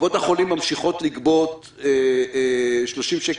קופות החולים ממשיכות לגבות 30 שקל